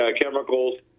chemicals